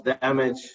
damage